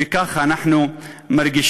וככה אנחנו מרגישים.